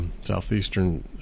southeastern